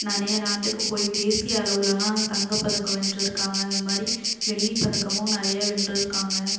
நிறைய நாட்டுக்கு போய் தேசிய அளவுலெலாம் தங்கப் பதக்கம் வென்றுருக்காங்க அதுமாதிரி வெள்ளிப்பதக்கமும் நிறைய வென்றுருக்காங்க